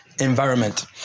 environment